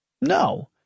No